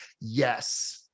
yes